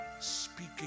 speaking